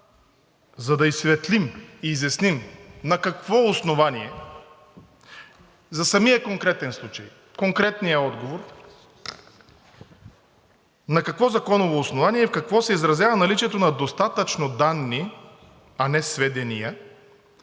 за да изсветлим и изясним на какво основание за самия конкретен случай в конкретния отговор: на какво законово основание и в какво се изразява наличието на „достатъчно данни“, а не сведения,